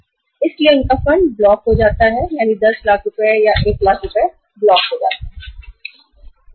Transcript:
इस तरह उनका 10 लाख या 1 मिलियन का फंड ब्लॉक या अवरुद्ध हो जाता है